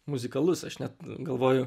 muzikalus aš net galvoju